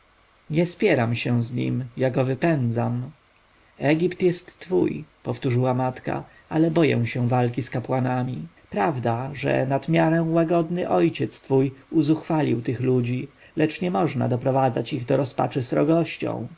spieram się z nim ja go wypędzam egipt jest twój powtórzyła matka ale boję się walki z kapłanami prawda że nad miarę łagodny ojciec uzuchwalił tych ludzi lecz nie można doprowadzać ich do rozpaczy srogością